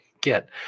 get